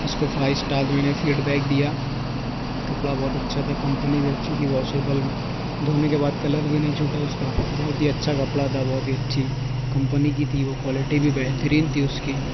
اس کو five star آدمی نے فیڈ بیک دیا کپڑا بہت اچھا تھا کمپنی بھی اچھی تھی واشیبل دھونے کے بعد کلر بھی نہیں چھوٹا اس کا بہت ہی اچھا کپڑا تھا بہت ہی اچھی کمپنی کی تھی وہ کوالٹی بھی بہترین تھی اس کی